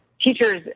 teachers